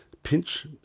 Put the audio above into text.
pinch